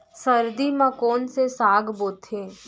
सर्दी मा कोन से साग बोथे?